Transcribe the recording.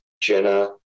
Jenna